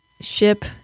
ship